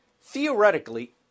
Theoretically